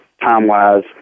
time-wise